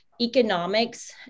Economics